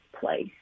place